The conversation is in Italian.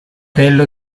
fratello